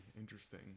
interesting